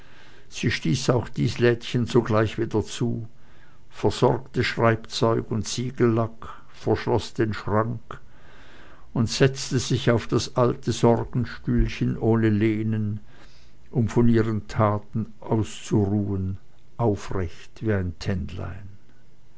stieß auch dies lädchen sogleich wieder zu versorgte schreibzeug und siegellack verschloß den schrank und setzte sich auf das alte sorgenstühlchen ohne lehnen um von ihren taten auszuruhen aufrecht